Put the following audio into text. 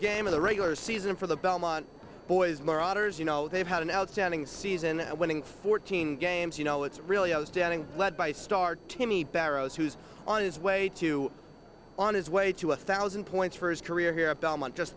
game of the regular season for the belmont boys marauders you know they've had an outstanding season winning fourteen games you know it's really outstanding lead by star to me barrows who's on his way to on his way to a thousand points for his career here